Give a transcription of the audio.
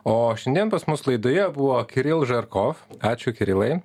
o šiandien pas mus laidoje buvo kiril žarkof ačiū kirilai